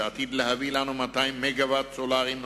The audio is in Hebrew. שעתיד להביא לנו 200 מגוואט סולריים נוספים,